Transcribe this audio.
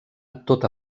tota